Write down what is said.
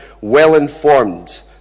well-informed